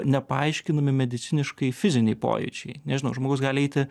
nepaaiškinami mediciniškai fiziniai pojūčiai nežinau žmogus gali eiti